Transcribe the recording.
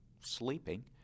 sleeping